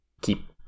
keep